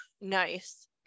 Nice